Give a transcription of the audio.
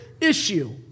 issue